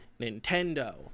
Nintendo